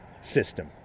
system